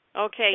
Okay